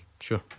Sure